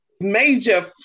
major